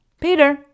Peter